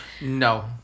No